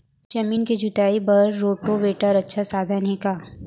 जमीन के जुताई बर रोटोवेटर अच्छा साधन हे का?